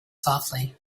softly